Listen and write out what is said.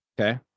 Okay